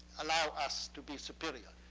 allow us to be superior.